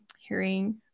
hearing